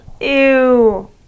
Ew